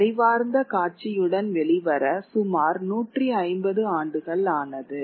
அறிவார்ந்த காட்சியுடன் வெளிவர சுமார் 150 ஆண்டுகள் ஆனது